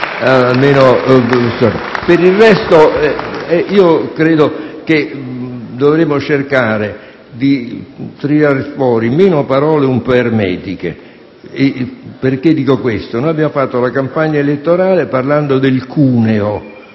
Per il resto, credo che dovremmo cercare di tirar fuori meno parole ermetiche. Dico questo perché abbiamo fatto la campagna elettorale parlando del cuneo